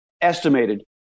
estimated